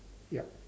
yup